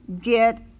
Get